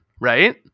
Right